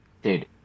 dude